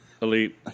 elite